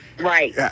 right